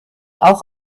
auch